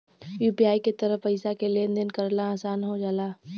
UPI के तहत पइसा क लेन देन करना आसान हो जाला